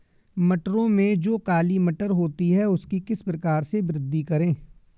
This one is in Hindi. मटरों में जो काली मटर होती है उसकी किस प्रकार से वृद्धि करें?